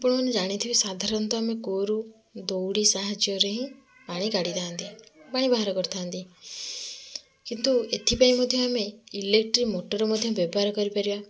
ଆପଣମାନେ ଜାଣିଥିବେ ସାଧାରଣତଃ ଆମେ କୂଅରୁ ଦୌଡ଼ି ସାହାଯ୍ୟରେ ହିଁ ପାଣି କାଢ଼ି ଥାଆନ୍ତି ପାଣି ବାହାର କରିଥାଆନ୍ତି କିନ୍ତୁ ଏଥିପାଇଁ ମଧ୍ୟ ଆମେ ଇଲେକ୍ଟ୍ରିକ୍ ମୋଟର୍ ମଧ୍ୟ ବ୍ୟବହାର କରିପାରିବା